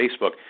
Facebook